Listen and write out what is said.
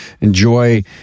Enjoy